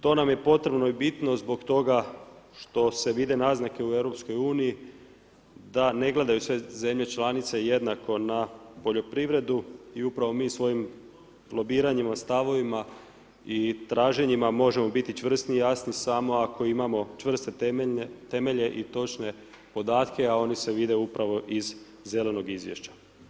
To nam je potrebno i bitno zbog toga što se vide naznake u EU-u da ne gledaju sve zemlje članice jednako na poljoprivredu i upravo mi svojim lobiranjima, stavovima i traženjima možemo biti čvrsti i jasni samo ako imamo čvrste temelje i točne podatke a oni se vide upravo iz zelenog izvješća.